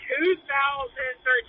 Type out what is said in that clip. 2013